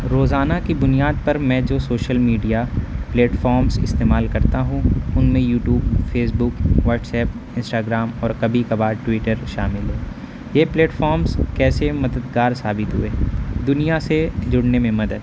روزانہ کی بنیاد پر میں جو سوشل میڈیا پلیٹفارمس استعمال کرتا ہوں ان میں YouTube Facebook WhatsApp Instagram اور کبھی کبار ٹویٹر شامل ہے یہ پلیٹ فمس کیسے مددگار ثابت ہوئے دنیا سے جڑنے میں مدد